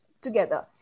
together